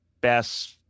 best